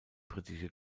britische